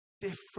Different